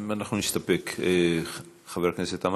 אנחנו נסתפק, חבר הכנסת עמאר?